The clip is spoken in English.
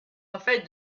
afraid